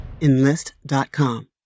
Enlist.com